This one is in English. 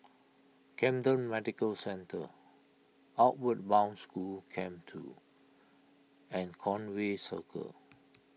Camden Medical Centre Outward Bound School Camp two and Conway Circle